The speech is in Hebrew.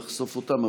לחשוף אותם.